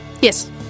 Yes